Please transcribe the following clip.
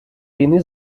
війни